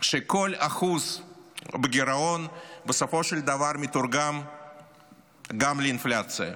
שכל 1% גירעון בסופו של דבר מתורגם גם לאינפלציה.